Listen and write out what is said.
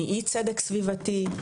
מאי צדק סביבתי,